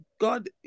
God